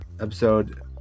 episode